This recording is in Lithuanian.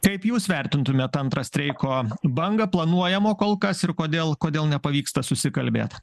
kaip jūs vertintumėt antrą streiko bangą planuojamo kol kas ir kodėl kodėl nepavyksta susikalbėt